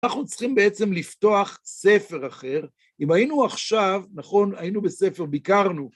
אנחנו צריכים בעצם לפתוח ספר אחר, אם היינו עכשיו, נכון, היינו בספר, ביקרנו